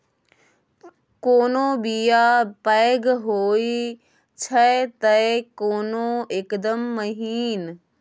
कोनो बीया पैघ होई छै तए कोनो एकदम महीन